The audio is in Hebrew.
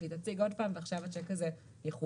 תציג עוד פעם ועכשיו השיק הזה יכובד,